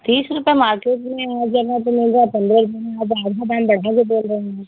तीस रुपये मार्केट में है हर जगह पर मिल रहा है पंद्रह में आप आधा दाम बढ़ा कर बोल रहे हैं